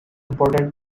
important